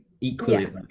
equally